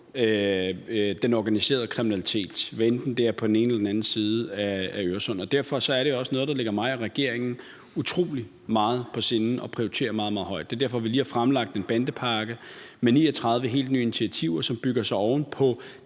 den organiserede kriminalitet, hvad enten det er på den ene eller den anden side af Øresund. Derfor er det også noget, der ligger mig og regeringen utrolig meget på sinde, og noget, vi prioriterer meget, meget højt. Det er derfor, vi lige har fremlagt en bandepakke med 39 helt nye initiativer, som bygger oven på